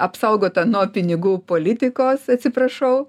apsaugota nuo pinigų politikos atsiprašau